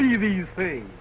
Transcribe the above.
me these thing